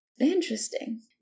Interesting